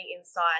inside